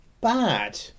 bad